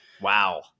Wow